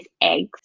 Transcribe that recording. eggs